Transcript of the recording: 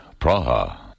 Praha